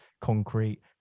concrete